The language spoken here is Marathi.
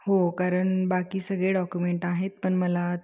हो कारण बाकी सगळे डॉक्युमेंट आहेत पण मला